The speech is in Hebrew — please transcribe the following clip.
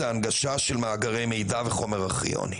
זו ההנגשה של מאגרי מידע וחומר ארכיוני.